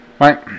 Right